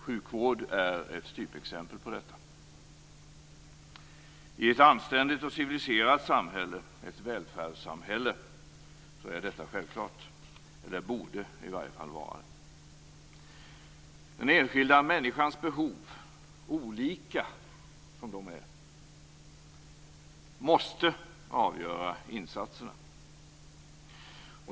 Sjukvård är ett typexempel på detta. I ett anständigt och civiliserat samhälle, ett välfärdssamhälle, är detta självklart - det borde i alla fall vara det. De enskilda människornas behov, olika som de är, måste avgöra insatserna.